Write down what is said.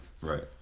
Right